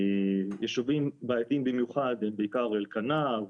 יישובים בעייתיים במיוחד הם בעיקר אלקנה,